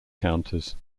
counters